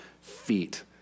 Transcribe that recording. feet